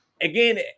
again